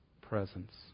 presence